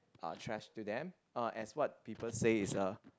are trash to them uh as what people say is a